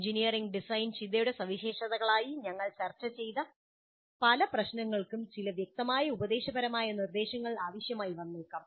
engineering design ചിന്തയുടെ സവിശേഷതകളായി ഞങ്ങൾ ചർച്ച ചെയ്ത പല പ്രശ്നങ്ങൾക്കും ചില വ്യക്തമായ ഉപദേശപരമായ നിർദ്ദേശങ്ങൾ ആവശ്യമായി വന്നേക്കാം